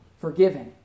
forgiven